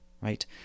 right